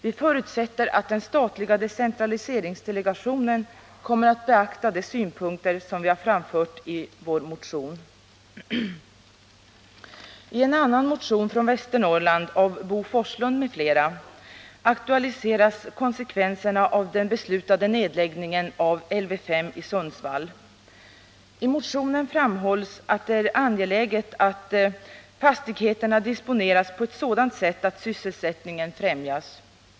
Vi förutsätter att den statliga decentraliseringsdelegationen kommer att beakta de synpunkter som vi har framfört i vår motion. Ten annan motion från Västernorrland, av Bo Forslund m.fl., aktualiseras konsekvenserna av den beslutade nedläggningen av Lv 5 i Sundsvall. I motionen framhålls att det är angeläget att fastigheterna disponeras på ett sådant sätt att sysselsättningen främjas.